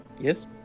Yes